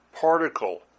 particle